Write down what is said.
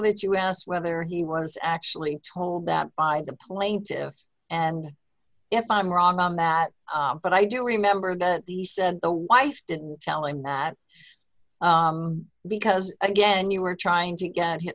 that you asked whether he was actually told that by the plaintiffs and if i'm wrong on that but i do remember the he said the wife didn't tell him that because again you were trying to get him